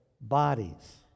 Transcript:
bodies